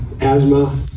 asthma